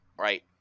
right